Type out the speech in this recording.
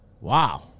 Wow